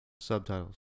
Subtitles